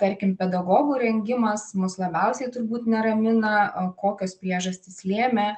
tarkim pedagogų rengimas mus labiausiai turbūt neramina kokios priežastys lėmė